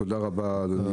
תודה רבה, אדוני